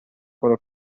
quello